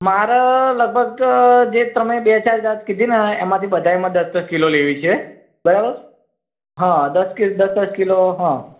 મારે લગભગ જે તમે બે ચાર જાત કીધી ને એમાંથી બધામાં દસ દસ કિલો લેવી છે બરાબર હા દસ કિ દસ દસ કિલો હા